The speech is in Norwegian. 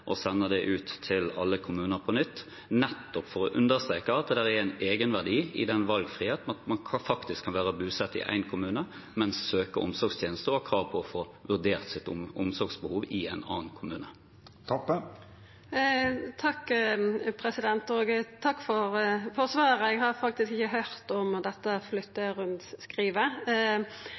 ut til alle kommuner på nytt. Det er nettopp for å understreke at det er en egenverdi i den valgfrihet at man faktisk kan være bosatt i én kommune, men søke om omsorgstjenester og ha krav på å få vurdert sitt omsorgsbehov i en annen kommune. Takk for svaret. Eg har faktisk ikkje høyrt om dette